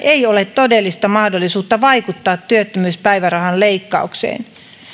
ole todellista mahdollisuutta vaikuttaa työttömyyspäivärahan leikkaukseen